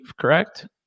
correct